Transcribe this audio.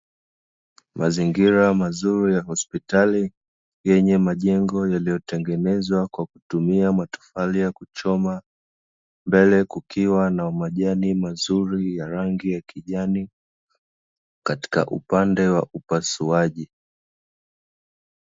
Mazingira mazuri ya hospitali yenye majengo yaliyotengenezwa kwa kutumia matofali yaliyochomwa, mbele kukiwa na majani mazuri ya rangi ya kijani katika upande wa upasuaji.